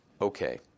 okay